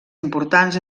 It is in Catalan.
importants